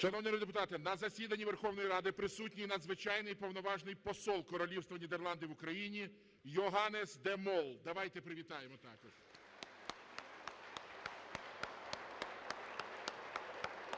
народні депутати, на засіданні Верховної Ради присутній Надзвичайний і Повноважний Посол Королівства Нідерланди в Україні Йеннес де Мол. Давайте привітаємо також.